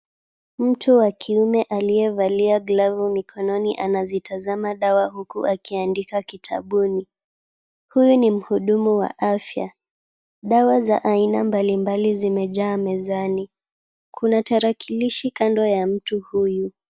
Mtu wa kiume aliyevalia glavu mikononi anazitazama dawa huku akiandika kitabuni. Huyu ni muhudumu wa afya. Dawa za aina mbalimbali zimejaa mezani. Kuna tarakilishi kando ya mtu huyu.